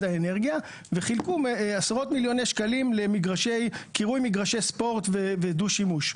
האנרגיה וחילקו עשרות מיליוני שקלים לקירוי מגרשי ספורט ודו-שימוש.